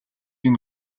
энэ